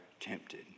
tempted